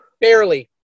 Barely